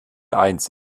eins